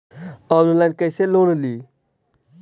Online कैसे loan ली?